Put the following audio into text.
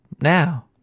Now